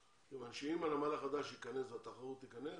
כיוון שאם הנמל החדש ייכנס והתחרות תיכנס